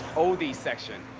oldie section.